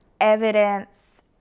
evidence